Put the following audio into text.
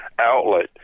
outlet